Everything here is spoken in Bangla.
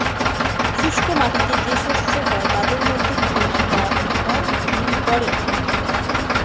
শুষ্ক মাটিতে যেই শস্য হয় তাদের মধ্যে খেরি বা মথ বিন পড়ে